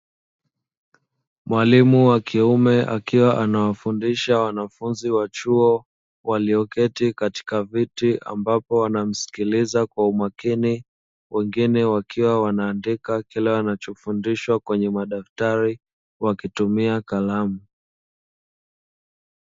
Mwalimu wa kiume akiwa anawafundisha wanafunzi wa chuo walioketi katika viti ambavyo wanamsikiliza kwa umakini, wengine wakiwa wanaandika kila wanachofundishwa kwenye madaftari wakitumia kalamu.